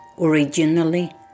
originally